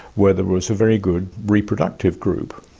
where there was a very good reproductive group.